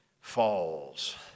falls